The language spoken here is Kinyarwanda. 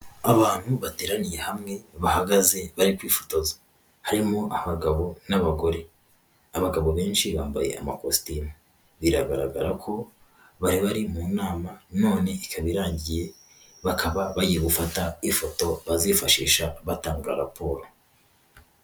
Abantu bateraniye hamwe, bahagaze bari kwifotoza, harimo abagabo n'abagore, abagabo benshi bambaye amakositimu, biragaragara ko bari bari mu nama none ikaba irangiye, bakaba bagiye gufata ifoto bazifashisha batanga raporo.